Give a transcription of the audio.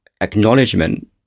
acknowledgement